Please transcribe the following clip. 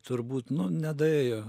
turbūt nu nedaėjo